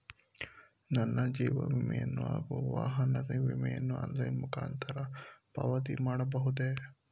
ನನ್ನ ಜೀವ ವಿಮೆಯನ್ನು ಹಾಗೂ ವಾಹನ ವಿಮೆಯನ್ನು ಆನ್ಲೈನ್ ಮುಖಾಂತರ ಪಾವತಿಸಬಹುದೇ?